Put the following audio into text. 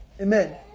Amen